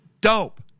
dope